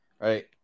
right